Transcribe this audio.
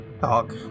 talk